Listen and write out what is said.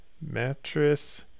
mattress